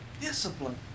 Discipline